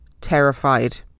terrified